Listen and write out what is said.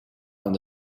aan